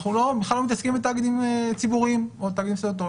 אנחנו בכלל לא מתעסקים בתאגידים ציבוריים או תאגידים סטטוטוריים